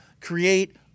create